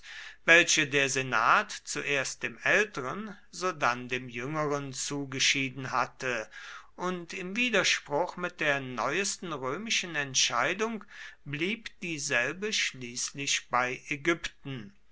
welche der senat zuerst dem älteren sodann dem jüngeren zugeschieden hatte und im widerspruch mit der neuesten römischen entscheidung blieb dieselbe schließlich bei ägypten